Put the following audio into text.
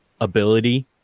ability